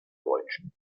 deutschen